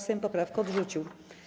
Sejm poprawkę odrzucił.